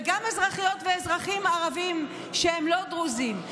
גם אזרחיות ואזרחים ערבים שהם לא דרוזים,